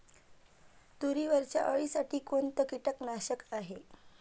तुरीवरच्या अळीसाठी कोनतं कीटकनाशक हाये?